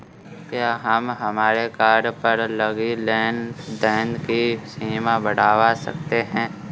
क्या हम हमारे कार्ड पर लगी लेन देन की सीमा बढ़ावा सकते हैं?